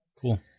Cool